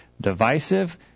divisive